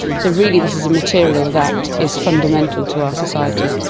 so really this is a material that is fundamental to our society.